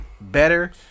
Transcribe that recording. better